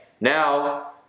Now